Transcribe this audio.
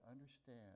understand